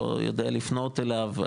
לא יודע לפנות אליו,